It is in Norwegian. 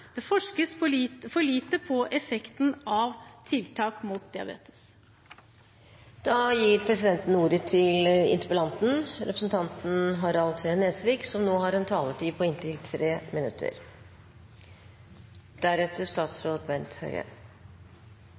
Det forskes for lite på effekten av tiltak mot diabetes. Da gir presidenten ordet til interpellanten, representanten Harald T. Nesvik, som nå har en taletid på inntil 3 minutter.